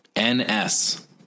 NS